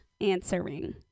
answering